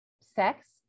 sex